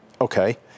Okay